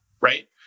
right